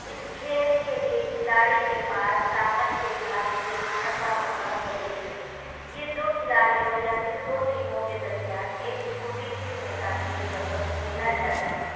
اس کھیل کے لیے کھلاڑی کے پاس طاقت کے ساتھ ذہانت کا ہونا ضروری ہے یہ دو کھلاڑیوں یا پھر دو ٹیموں کے درمیان ایک چھوٹی سی میدانی جگہ پر کھیلا جاتا ہے